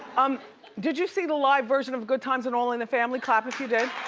um did you see the live version of good times and all in the family? clap if you did.